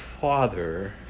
Father